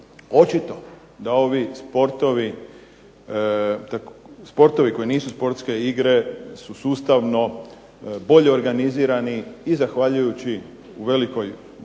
očito da ovi sportovi koji nisu sportske igre su sustavno bolje organizirani zahvaljujući po